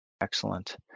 Excellent